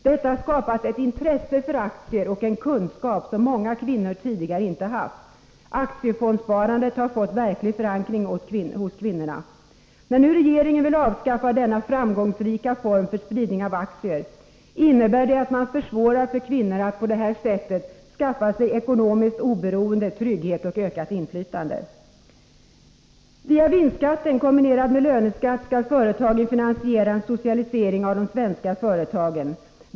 Detta har skapat ett intresse för aktier och gett en kunskap som många kvinnor tidigare inte haft. Aktiefondssparandet har fått verklig förankring hos kvinnorna. När nu regeringen vill avskaffa denna framgångsrika form för spridning av aktier, innebär det att man försvårar för kvinnor att på detta sätt skaffa sig ekonomiskt oberoende, trygghet och ökat inflytande. Via vinstskatten kombinerad med löneskatt skall företagen finansiera en socialisering av de svenska företagen.